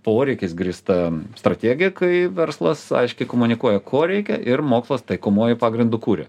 poreikiais grįsta strategija kai verslas aiškiai komunikuoja ko reikia ir mokslas taikomuoju pagrindu kuria